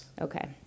Okay